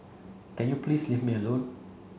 can you please leave me alone